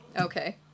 okay